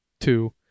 two